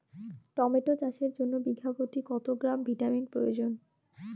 Tomato চাষের জন্য বিঘা প্রতি কত গ্রাম ভিটামিন প্রয়োজন?